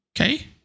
okay